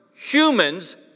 humans